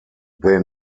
they